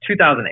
2008